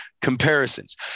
comparisons